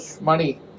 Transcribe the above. money